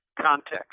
context